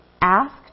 asked